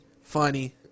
funny